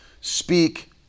speak